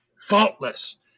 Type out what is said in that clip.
faultless